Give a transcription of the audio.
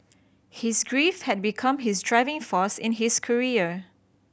his grief had become his driving force in his career